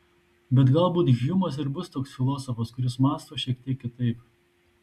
bet galbūt hjumas ir bus toks filosofas kuris mąsto šiek tiek kitaip